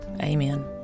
Amen